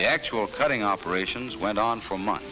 the actual cutting operations went on for month